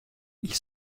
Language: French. ils